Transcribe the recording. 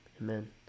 amen